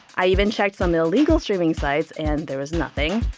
i even checked some illegal streaming sites, and there was nothing.